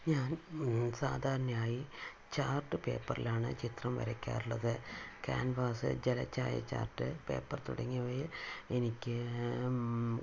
ഞാൻ സാധാരണയായി ചാർട്ട് പേപ്പറിൽ ആണ് ചിത്രം വരയ്ക്കാറുള്ളത് ക്യാൻവാസ് ജലച്ഛായ ചാർട്ട് പേപ്പർ തുടങ്ങിയവയിൽ എനിക്ക്